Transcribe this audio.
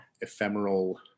ephemeral